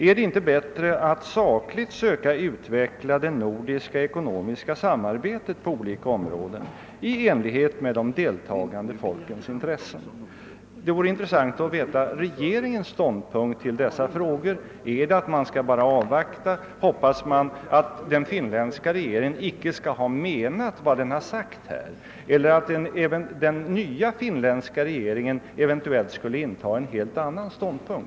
Är det inte bättre att sakligt söka utveckla det nordiska ekonomiska samarbetet på olika områden i enlighet med de deltagande folkens intressen? Det vore intressant att få besked om regeringens ståndpunkt i dessa frågor. Innebär den att man bara skall avvakta, eller hoppas man att den finländska regeringen icke menar vad den skrivit i sin kommuniké eller att den nya finländska regeringen eventuellt skulle inta en annan ståndpunkt?